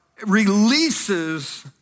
releases